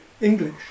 English